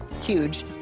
huge